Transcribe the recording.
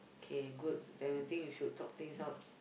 k good then I think you should talk things out